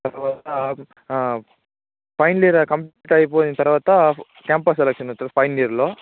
తర్వాత final year complete అయిపోయిన తర్వాత క్యాంపస్ సెలక్షన్స్ వస్తుంది ఫైనల్ ఇయర్లో